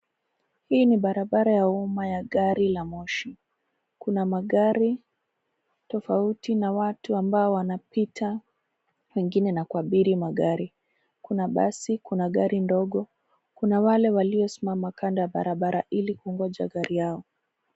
Hii ni barabara ya uma ya gari la moshi kuna magari tofauti na watu ambao wanapita wengine na kuabiri magari. Kuna basi, kuna gari ndogo, kuna wale walio simama kando ya barabara ili kungoja gari yao,